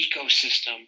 ecosystem